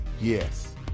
Yes